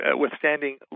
withstanding